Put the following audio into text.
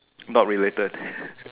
not related